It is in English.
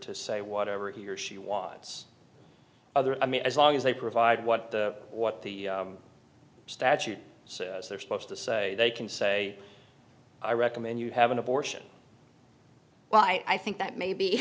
to say whatever he or she was other i mean as long as they provide what what the statute says they're supposed to say they can say i recommend you have an abortion well i think that may be